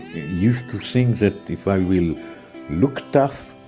used to think that if i will look tough,